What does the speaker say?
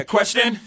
Question